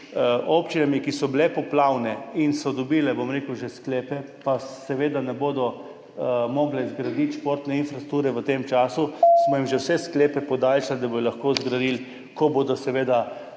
občinami, ki so bile poplavne in so že dobile sklepe, pa seveda ne bodo mogle zgraditi športne infrastrukture v tem času, smo jim vse sklepe že podaljšali, da bodo lahko zgradili, ko bodo seveda